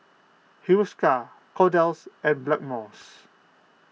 Hiruscar Kordel's and Blackmores